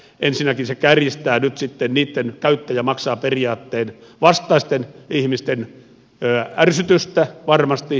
ensinnäkin se kärjistää nyt käyttäjä maksaa periaatteen vastaisten ihmisten ärsytystä varmasti